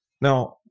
Now